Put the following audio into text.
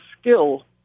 skill